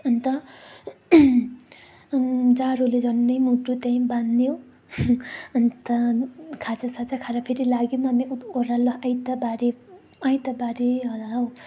अन्त अनि जाडोले त्यो झन्डै मुटु त्यहीँ बाँध्यो अन्त खाजासाजा खाएर फेरि लाग्यौँ हामी ओह्रालो आइतबारे आइतबारे होला हो